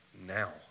now